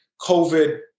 COVID